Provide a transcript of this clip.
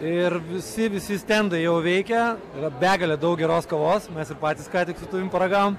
ir visi visi stendai jau veikia yra begalė daug geros kavos mes ir patys ką tik su tavim paragavom